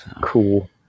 Cool